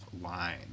line